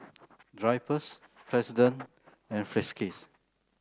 Drypers President and Friskies